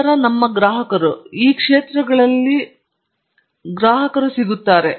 ನಂತರ ಇದು ನಮ್ಮ ಗ್ರಾಹಕರು ಎಲ್ಲಾ ಕ್ಷೇತ್ರಗಳಲ್ಲಿ ಗ್ರಾಹಕರಿಗೆ ನಾವು ಸಿಕ್ಕಿದ್ದೇವೆ